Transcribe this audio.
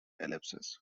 ellipses